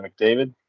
McDavid